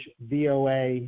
VOA